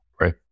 right